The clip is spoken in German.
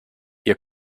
ihr